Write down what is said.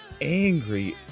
angry